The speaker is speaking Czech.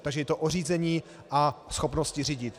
Takže je to o řízení a schopnosti řídit.